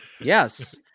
Yes